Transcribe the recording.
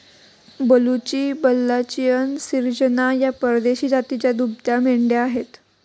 बलुची, बल्लाचियन, सिर्गजा या परदेशी जातीच्या दुभत्या मेंढ्या आहेत